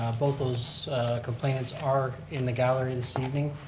both those complainants are in the gallery this evening.